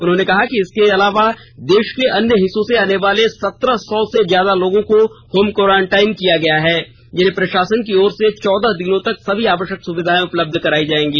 उन्होंने कहा कि इसके अलाव देष के अन्य हिस्सों से आनेवाले सत्रह सौ से ज्यादा लोगों को होम क्वारंटाइन किया गया है जिन्हें प्रषासन की ओर से चौदह दिनों तक सभी आवष्यक सुविधायें उपलब्ध करायी जायेंगी